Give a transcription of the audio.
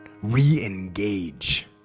re-engage